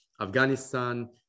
Afghanistan